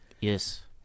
yes